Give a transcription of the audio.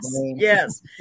yes